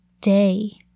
day